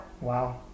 wow